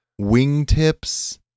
wingtips